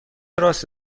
راست